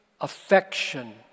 affection